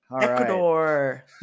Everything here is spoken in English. ecuador